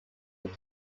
but